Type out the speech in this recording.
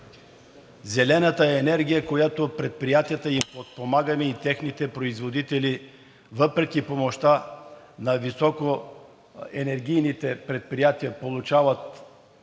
Зелената енергия, с която подпомагаме предприятията и техните производители, въпреки помощта на високоенергийните предприятия, получават